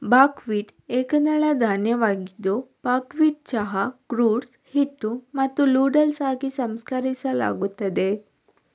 buckwheat ಏಕದಳ ಧಾನ್ಯವಾಗಿದ್ದು buckwheat ಚಹಾ, ಗ್ರೋಟ್ಸ್, ಹಿಟ್ಟು ಮತ್ತು ನೂಡಲ್ಸ್ ಆಗಿ ಸಂಸ್ಕರಿಸಲಾಗುತ್ತದೆ